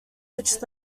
which